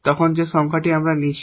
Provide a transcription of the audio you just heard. তখন আমরা যে সংখ্যাটি নিয়েছি